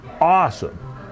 Awesome